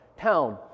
town